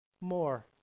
More